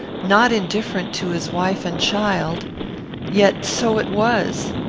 not indifferent to his wife and child yet so it was!